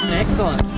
excellent.